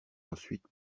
ensuite